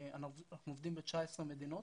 אנחנו עובדים ב-19 מדינות